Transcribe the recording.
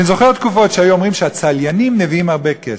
אני זוכר תקופות שהיו אומרים שהצליינים מביאים הרבה כסף.